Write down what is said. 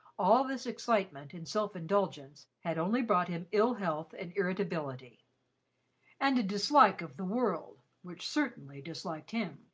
all this excitement and self-indulgence had only brought him ill health and irritability and a dislike of the world, which certainly disliked him.